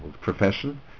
profession